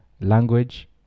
language